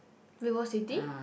Vivo-City